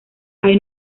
hay